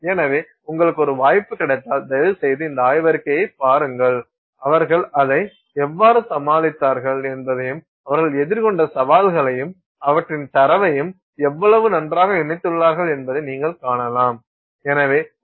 எனவே உங்களுக்கு ஒரு வாய்ப்பு கிடைத்தால் தயவுசெய்து இந்தத் ஆய்வறிக்கையை பாருங்கள் அவர்கள் அதை எவ்வாறு சமாளித்தார்கள் என்பதையும் அவர்கள் எதிர்கொண்ட சவால்களையும் அவற்றின் தரவையும் எவ்வளவு நன்றாக இணைத்துள்ளார்கள் என்பதை நீங்கள் காணலாம்